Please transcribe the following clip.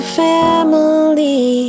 family